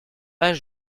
pas